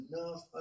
enough